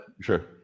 Sure